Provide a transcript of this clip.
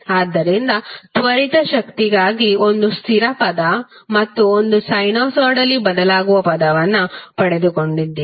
ಆದ್ದರಿಂದ ತ್ವರಿತ ಶಕ್ತಿಗಾಗಿ ಒಂದು ಸ್ಥಿರ ಪದ ಮತ್ತು ಒಂದು ಸೈನುಸೈಡಲಿ ಬದಲಾಗುವ ಪದವನ್ನು ಪಡೆದುಕೊಂಡಿದ್ದೀರಿ